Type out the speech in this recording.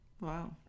Wow